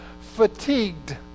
fatigued